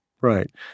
Right